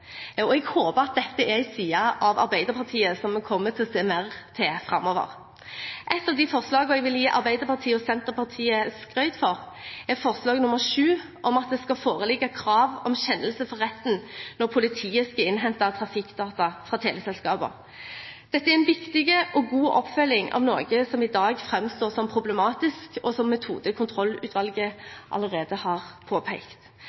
også. Jeg håper dette er en side av Arbeiderpartiet vi kommer til å se mer til framover. Et av de forslagene jeg vil gi Arbeiderpartiet og Senterpartiet skryt for, er forslag nr. 7 om at det skal foreligge krav om kjennelse fra retten når politiet skal innhente trafikkdata fra teleselskaper. Dette er en viktig og god oppfølging av noe som i dag framstår som problematisk, og som Metodekontrollutvalget allerede har påpekt.